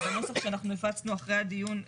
הנוסח שאנחנו הפצנו אחרי הדיון,